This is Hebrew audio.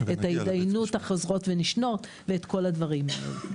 את ההתדיינות החוזרות ונשנות ואת כל הדברים האלה.